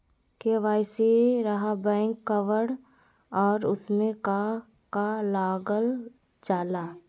KYC रहा back cover और उसमें का का लागल जाला?